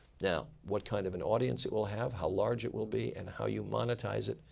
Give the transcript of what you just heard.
now what kind of an audience it will have, how large it will be, and how you monetize it,